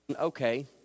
okay